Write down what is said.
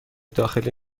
داخلی